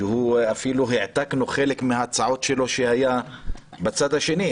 ואפילו העתקנו חלק מההצעות שלו כשהיה בצד השני,